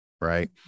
Right